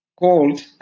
called